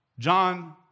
John